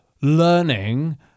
learning